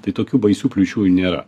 tai tokių baisių kliūčių nėra